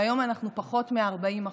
והיום אנחנו פחות מ-40%.